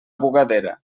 bugadera